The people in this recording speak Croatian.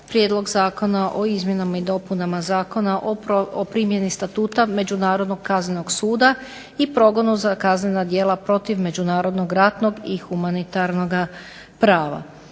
Prijedlog zakona o izmjenama i dopunama Zakona o primjeni Statuta međunarodnog kaznenog suda i progona za kaznena djela protiv međunarodnog i humanitarnog prava